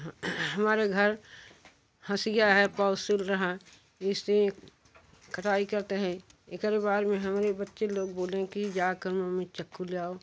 हमारे घर हंसिया है पौसिल रहा है इससे कटाई करते हैं एकही बारे में हमरे बच्चे लोग बोले कि जाकर मम्मी चक्कू ले आओ